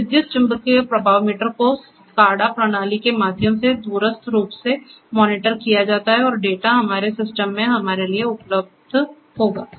तो विद्युत चुम्बकीय प्रवाह मीटर को SCADA प्रणाली के माध्यम से दूरस्थ रूप से मॉनिटर किया जाता है और डेटा हमारे सिस्टम में हमारे लिए उपलब्ध होगा